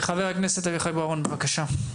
ח"כ אביחי בוארון בבקשה.